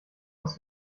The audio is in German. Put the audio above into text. aus